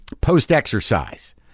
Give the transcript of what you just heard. post-exercise